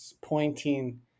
pointing